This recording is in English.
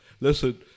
listen